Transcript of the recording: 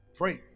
pray